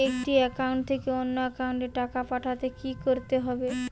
একটি একাউন্ট থেকে অন্য একাউন্টে টাকা পাঠাতে কি করতে হবে?